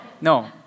No